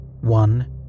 One